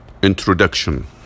Introduction